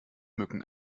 mücken